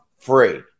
free